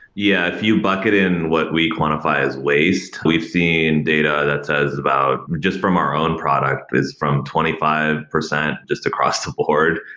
yeah. if you bucket in what we quantify as waste, we've seen data that has about just from our own product is from twenty five percent just across the board.